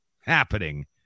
happening